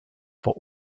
war